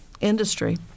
industry